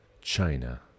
China